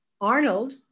Arnold